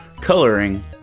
coloring